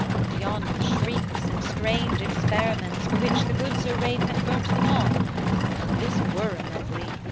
and, yonder, shrieks and strange experiments for which the good sir ralph had burnt them all this were a medley!